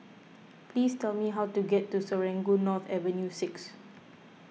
please tell me how to get to Serangoon North Avenue six